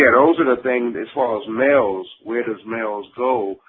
yeah those are the things as far as males where does males go,